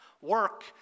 work